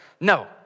No